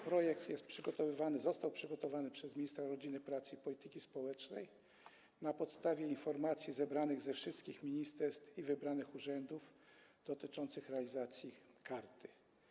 Projekt został przygotowany przez ministra rodziny, pracy i polityki społecznej na podstawie informacji zebranych ze wszystkich ministerstw i wybranych urzędów, dotyczących realizacji karty.